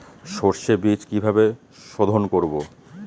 সর্ষে বিজ কিভাবে সোধোন করব?